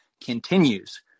continues